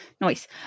nice